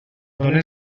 donen